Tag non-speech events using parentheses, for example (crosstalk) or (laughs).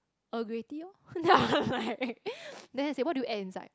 Earl Grey tea orh (laughs) then I'm like (noise) then I say what do you add inside